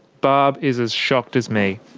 barb is as shocked as me.